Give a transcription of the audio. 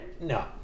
No